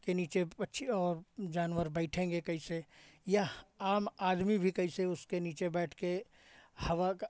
के नीचे पक्षी और जानवर बैठेंगे कैसे या आम आदमी भी कैसे उसके नीचे बैठ के हवा का